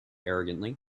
arrogantly